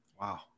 Wow